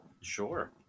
Sure